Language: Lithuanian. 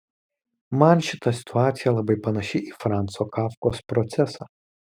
man šita situacija labai panaši į franco kafkos procesą